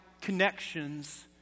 connections